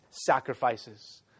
sacrifices